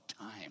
time